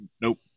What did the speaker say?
nope